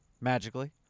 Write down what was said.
Magically